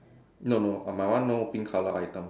no no my one no pink colour item